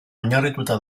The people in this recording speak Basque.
oinarrituta